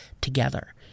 together